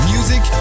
Music